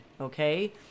Okay